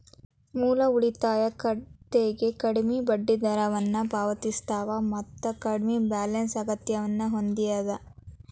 ಮೂಲ ಉಳಿತಾಯ ಖಾತೆಗಳ ಕಡ್ಮಿ ಬಡ್ಡಿದರವನ್ನ ಪಾವತಿಸ್ತವ ಮತ್ತ ಕಡ್ಮಿ ಬ್ಯಾಲೆನ್ಸ್ ಅಗತ್ಯವನ್ನ ಹೊಂದ್ಯದ